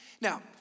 Now